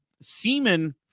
Semen